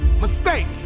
mistake